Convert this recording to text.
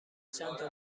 چندتا